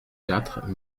quatre